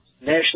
National